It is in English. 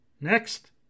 Next